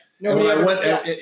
No